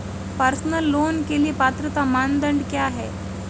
Personal loan के लिए पात्रता मानदंड क्या हैं?